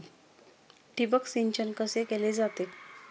ठिबक सिंचन कसे केले जाते?